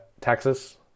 Texas